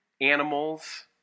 animals